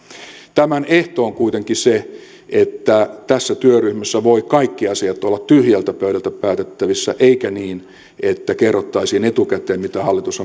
tämän ehto on kuitenkin se että tässä työryhmässä voivat kaikki asiat olla tyhjältä pöydältä päätettävissä eikä niin että kerrottaisiin etukäteen mitä hallitus